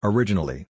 Originally